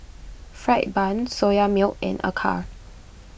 Fried Bun Soya Milk and Acar